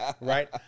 Right